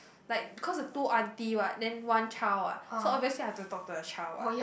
like cause the two aunty what then one child what so obviously I have to talk to the child what